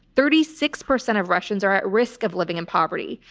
thirty six percent of russians are at risk of living in poverty,